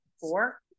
Four